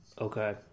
okay